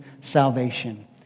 salvation